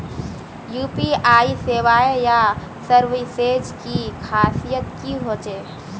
UPI सेवाएँ या services की खासियत की होचे?